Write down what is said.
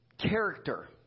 Character